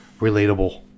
relatable